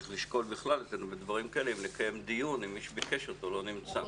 צריך לשקול במקרים כאלה אם לקיים דיון כאשר מי שביקש אותו לא נמצא פה.